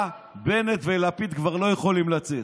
הדעה הזאת הובאה בפני גדולי הרבנים במשך השנים האחרונות ונדחתה.